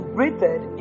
Breathed